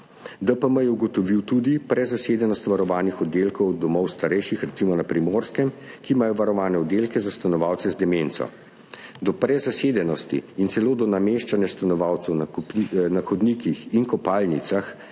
DPM je ugotovil tudi prezasedenost varovanih oddelkov domov starejših, recimo na Primorskem, ki imajo varovane oddelke za stanovalce z demenco. Do prezasedenosti in celo do nameščanja stanovalcev na hodnikih in v kopalnicah